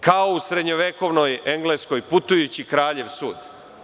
Kao u srednjevekovnoj Engleskoj, putujući kraljev sud.